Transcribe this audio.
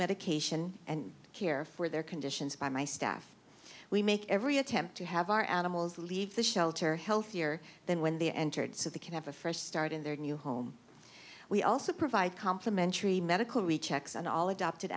medication and care for their conditions by my staff we make every attempt to have our animals leave the shelter healthier than when they entered so they can have a fresh start in their new home we also provide complementary medical rechecks on all adopted